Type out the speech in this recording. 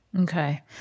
Okay